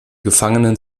gefangenen